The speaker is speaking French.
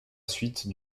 suite